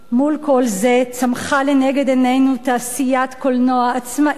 מול כל זה צמחה לנגד עינינו תעשיית קולנוע עצמאית,